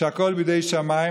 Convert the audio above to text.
שהכול בידי שמיים,